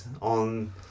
on